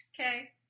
Okay